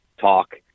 talk